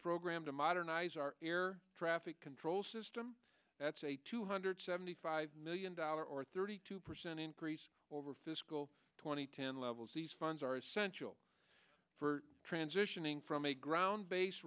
program to modernize our air traffic control system that's a two hundred seventy five million dollars or thirty two percent increase over fiscal two thousand and ten levels these funds are essential for transitioning from a ground base